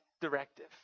directive